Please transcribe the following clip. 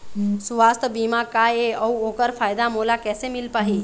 सुवास्थ बीमा का ए अउ ओकर फायदा मोला कैसे मिल पाही?